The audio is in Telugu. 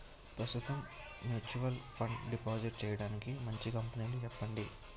ప్రస్తుతం మ్యూచువల్ ఫండ్ డిపాజిట్ చేయడానికి మంచి కంపెనీలు చెప్పండి